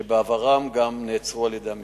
שבעברם גם נעצרו על-ידי המשטרה.